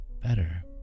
better